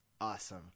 Awesome